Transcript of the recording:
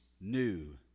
new